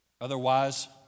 Otherwise